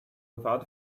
without